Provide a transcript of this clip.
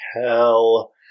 Hell